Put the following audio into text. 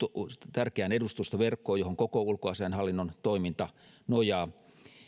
tärkeään edustustoverkkoon johon koko ulkoasiainhallinnon toiminta nojaa